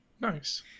Nice